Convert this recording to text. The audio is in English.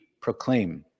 proclaim